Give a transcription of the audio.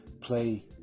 play